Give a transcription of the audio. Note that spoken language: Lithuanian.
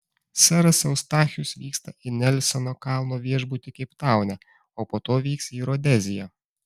seras eustachijus vyksta į nelsono kalno viešbutį keiptaune o po to vyks į rodeziją